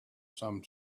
some